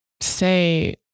say